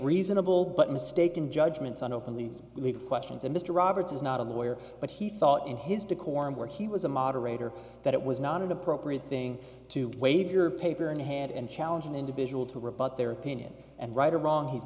reasonable but mistaken judgments on openly legal questions and mr roberts is not a lawyer but he thought in his decorum where he was a moderator that it was not an appropriate thing to wave your paper in hand and challenge an individual to rebut their opinion and right or wrong he'